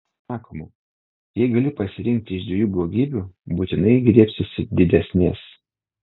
sakoma jei gali pasirinkti iš dviejų blogybių būtinai griebsiesi didesnės